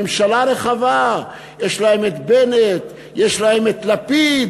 ממשלה רחבה, יש להם בנט, יש להם לפיד,